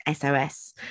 SOS